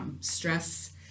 stress